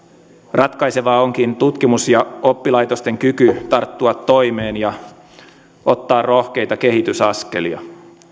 ratkaisevaa onkin tutkimus ja oppilaitosten kyky tarttua toimeen ja ottaa rohkeita kehitysaskelia